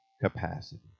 capacity